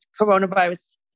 coronavirus